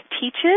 teaches